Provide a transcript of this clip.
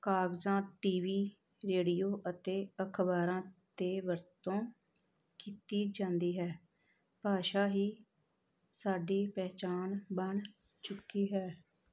ਕਾਗਜ਼ਾਂ TV radio ਅਤੇ ਅਖ਼ਬਾਰਾਂ 'ਤੇ ਵਰਤੋਂ ਕੀਤੀ ਜਾਂਦੀ ਹੈ ਭਾਸ਼ਾ ਹੀ ਸਾਡੀ ਪਹਿਚਾਣ ਬਣ ਚੁੱਕੀ ਹੈ